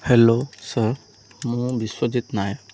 hello sir ମୁଁ ବିଶ୍ଵଜିତ ନାୟକ